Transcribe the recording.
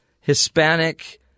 Hispanic